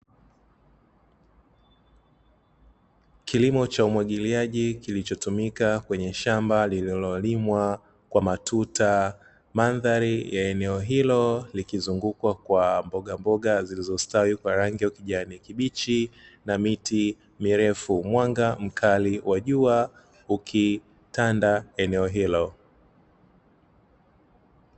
Kilimo cha umwagiliaji kilichotumika kwenye shamba lililolimwa kwa matuta. Mandhari ya eneo hilo likizungukwa kwa mbogamboga zilizostawi kwa rangi ya ukijani kibichi na miti mirefu, mwanga mkali wa jua ukitanda eneo hilo.